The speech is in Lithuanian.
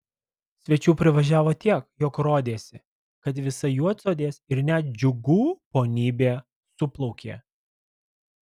svečių privažiavo tiek jog rodėsi kad visa juodsodės ir net džiugų ponybė suplaukė